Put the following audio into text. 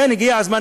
הגיע הזמן,